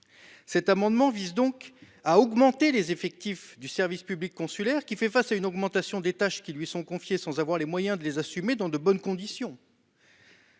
Cet amendement vise donc à augmenter les effectifs du service public consulaire, qui fait face à une hausse du nombre des tâches qui lui sont confiées sans avoir les moyens de les assumer dans de bonnes conditions.